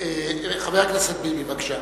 חבר הכנסת ביבי, בבקשה.